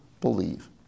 believe